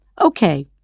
Okay